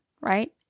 right